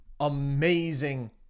amazing